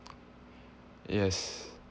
yes